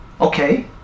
Okay